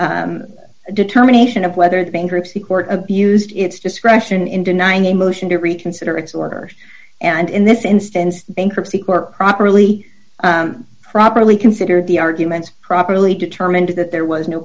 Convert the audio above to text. determination of whether the bankruptcy court abused its discretion in denying a motion to reconsider its order and in this instance the bankruptcy court properly properly consider the arguments properly determined that there was n